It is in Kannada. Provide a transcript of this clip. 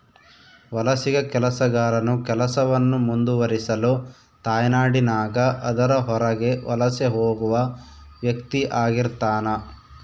ವಲಸಿಗ ಕೆಲಸಗಾರನು ಕೆಲಸವನ್ನು ಮುಂದುವರಿಸಲು ತಾಯ್ನಾಡಿನಾಗ ಅದರ ಹೊರಗೆ ವಲಸೆ ಹೋಗುವ ವ್ಯಕ್ತಿಆಗಿರ್ತಾನ